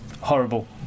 horrible